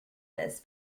this